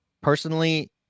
personally